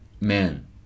man